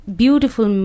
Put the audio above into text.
beautiful